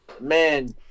man